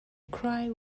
cry